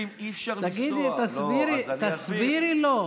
תסבירי לו.